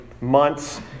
months